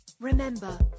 Remember